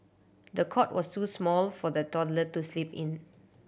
the cot was too small for the toddler to sleep in